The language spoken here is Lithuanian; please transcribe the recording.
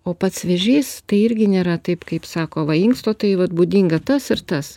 o pats vėžys tai irgi nėra taip kaip sako va inksto tai vat būdinga tas ir tas